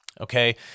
Okay